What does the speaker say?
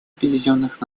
объединенных